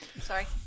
Sorry